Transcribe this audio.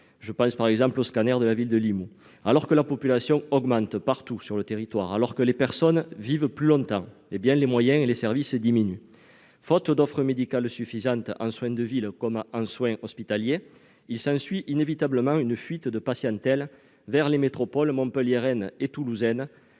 je pense par exemple au scanner de la ville de Limoux. Alors que la population augmente sur l'ensemble du département et que les personnes vivent plus longtemps, les moyens et les services diminuent. Faute d'offre médicale suffisante en soins de ville comme en soins hospitaliers, la patientèle fuit inévitablement vers les métropoles montpelliéraine et toulousaine,